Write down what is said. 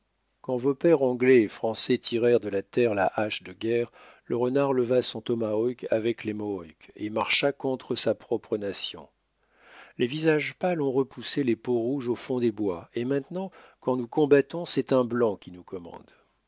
quand vos pères anglais et français tirèrent de la terre la hache de guerre le renard leva son tomahawk avec les mohawks et marcha contre sa propre nation les visages pâles ont repoussé les peaux-rouges au fond des bois et maintenant quand nous combattons c'est un blanc qui nous commande